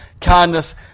kindness